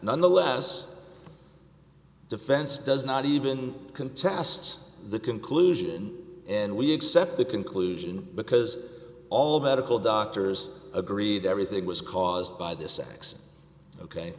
nonetheless defense does not even contest the conclusion and we accept the conclusion because all medical doctors agreed everything was caused by this sex ok